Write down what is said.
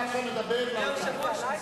אתה עכשיו מדבר לאולם.